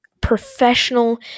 professional